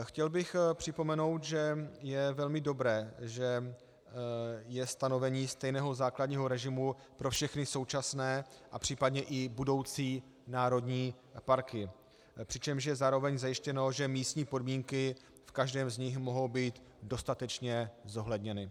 Chtěl bych připomenout, že je velmi dobré, že je stanovení stejného základního režimu pro všechny současné a případně i budoucí národní parky, přičemž je zároveň zajištěno, že místní podmínky v každém z nich mohou být dostatečně zohledněny.